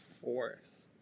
fourth